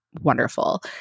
wonderful